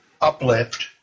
uplift